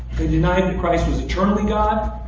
they denied that christ was eternally god.